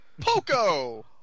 Poco